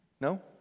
No